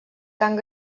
cant